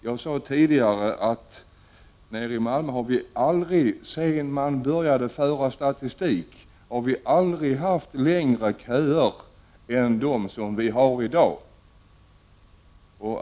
Jag sade tidigare att vi nere i Malmö under den tid som gått sedan statistik i detta sammanhang började föras aldrig har haft så långa köer som vi har i dag.